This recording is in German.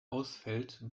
ausfällt